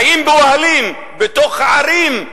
חיים באוהלים בתוך ערים,